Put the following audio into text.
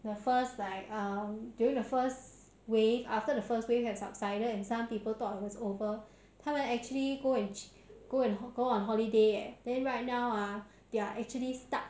the first like um during the first wave after the first wave have subsided and some people thought it was over 他们 actually go and go and go on holiday eh then right now are they're actually stuck